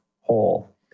whole